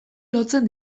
lotzen